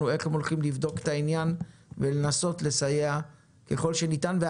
איך הם הולכים לבדוק את העניין ולנסות לסייע ככל שניתן.